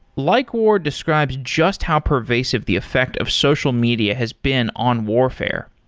likewar describes just how pervasive the effect of social media has been on warfare.